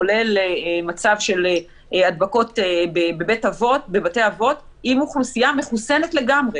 כולל מצב של הדבקות בבתי אבות עם אוכלוסייה מחוסנת לגמרי,